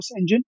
engine